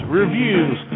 reviews